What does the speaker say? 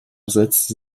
setzte